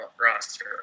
roster